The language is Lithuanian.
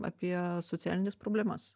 apie socialines problemas